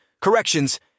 corrections